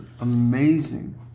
amazing